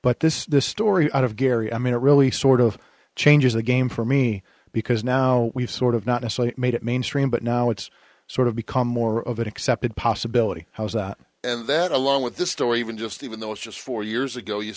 but this is the story out of gary i mean it really sort of changes the game for me because now we've sort of not as i made it mainstream but now it's sort of become more of an accepted possibility how's that and that along with the story even just even though it's just four years ago you